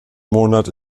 monat